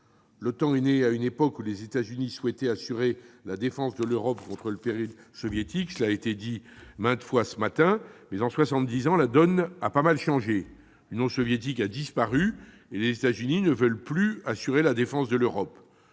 L'OTAN est née à une époque où les États-Unis souhaitaient assurer la défense de l'Europe contre le péril soviétique. En soixante-dix ans, la donne a bien changé : l'Union soviétique a disparu et les États-Unis ne veulent plus assurer la défense de l'Europe.